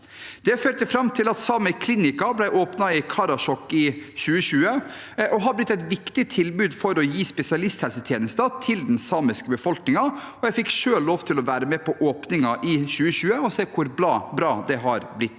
Det førte fram til at Sámi klinihkka ble åpnet i Karasjok i 2020 og har blitt et viktig tilbud for å gi spesialisthelsetjenester til den samiske befolkningen. Jeg fikk selv lov til å være med på åpningen i 2020 og se hvor bra det har blitt.